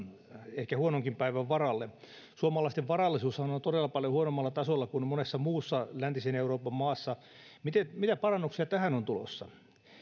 ehkä huononkin päivän varalle suomalaisten varallisuushan on todella paljon huonommalla tasolla kuin monessa muussa läntisen euroopan maassa mitä parannuksia tähän on tulossa